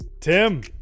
Tim